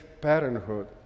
parenthood